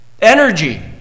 Energy